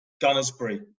gunnersbury